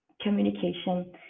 communication